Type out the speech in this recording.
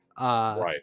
right